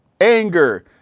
anger